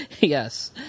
Yes